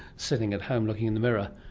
sitting at home looking in the mirror,